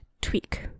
tweak